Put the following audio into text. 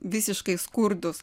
visiškai skurdūs